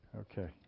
Okay